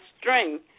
string